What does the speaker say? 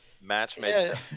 Matchmaker